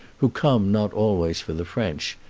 who come not always for the french,